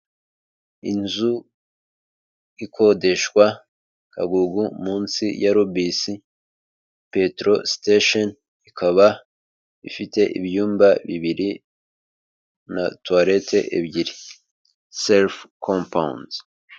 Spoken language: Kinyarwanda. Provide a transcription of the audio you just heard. Inzu ikodeshwa Kagugu munsi ya Rubc petro station ikaba ifite ibyumba bibiri na toilete ebyiri, self compounds.